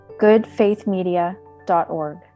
goodfaithmedia.org